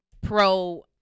pro